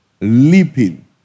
leaping